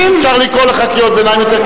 אי-אפשר לקרוא לך קריאות ביניים יותר,